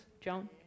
Joan